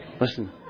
Listen